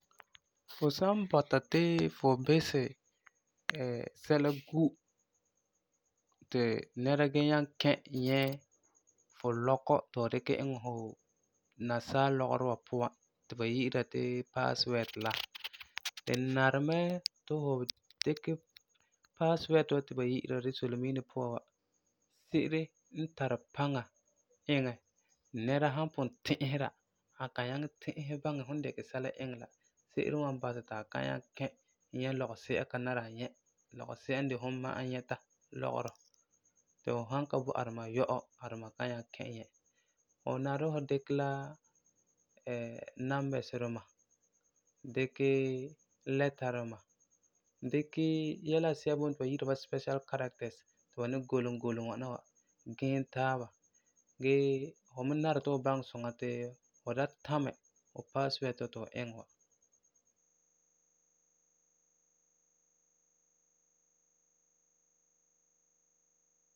Fu san bɔta ti fu bisɛ sɛla gu ti nɛra da nyaŋɛ kɛ nyɛ fu lɔkɔ ti fu dikɛ iŋɛ fu nasaa lɔgerɔ wa puan ti ba yi'ira ti password la di nari mɛ ti fu dikɛ password ti ba yi'ira di solemiine puan se'ere n tari paŋa iŋɛ ti nɛra san pugum ti'isera a kan nyaŋɛ ti'isɛ baŋɛ fum dikɛ sɛla iŋɛ la, se'ere wan basɛ ti a da nyaŋɛ kɛ nyɛ lɔgesi'a n ka de a nyɛ, lɔgesi'a n de fum ma'a nyɛta lɔgerɔ, ti fu san ka bo a duma yɔ'ɔ ti a kan nyaŋɛ kɛ nyɛ. Fu nari fu dikɛ la numbers duma, dikɛ letter duma, dikɛ yɛla asi'a boi mɛ ti ba yi'ira special characters ba ni golum golum, giɛ taaba, gee fu me nari ti fu baŋɛ suŋa ti fu da tamɛ fu password wa ti fu iŋɛ wa.